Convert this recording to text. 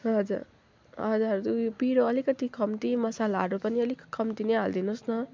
ए हजुर हजुर उयो पिरो अलिकति कम्ति मसलाहरू पनि अलिकति कम्ति नै हालिदिनुहोस् न